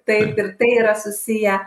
taip ir tai yra susiję